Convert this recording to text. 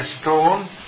stone